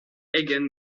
hagen